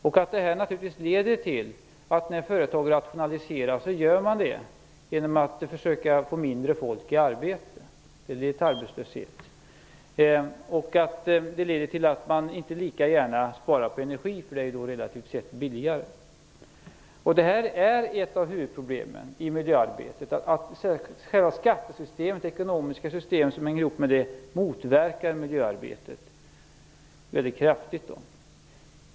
Detta bidrar naturligtvis till att företagen rationaliserar genom att försöka att ha mindre folk i arbete, vilket leder till arbetslöshet. Man sparar inte lika gärna på energi, eftersom det relativt sett är billigare. Detta är ett av huvudproblemen i miljöarbetet, att själva skattesystemet och det ekonomiska systemet motverkar miljöarbetet kraftigt.